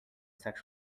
sexually